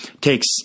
takes